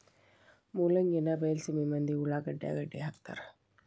ಮೂಲಂಗಿನಾ ಬೈಲಸೇಮಿ ಮಂದಿ ಉಳಾಗಡ್ಯಾಗ ಅಕ್ಡಿಹಾಕತಾರ